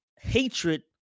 hatred